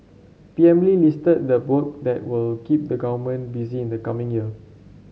P M Lee listed the work that will keep the government busy in the coming year